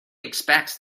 expects